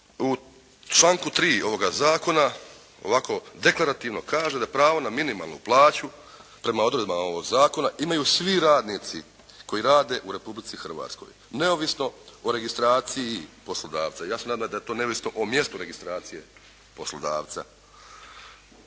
u članku 3. ovoga zakona ovako deklarativno kaže da pravo na minimalnu plaću prema odredbama ovog zakona imaju svi radnici koji rade u Republici Hrvatskoj neovisno o registraciji poslodavca. Ja se nadam da je to neovisno o mjestu registracije poslodavca.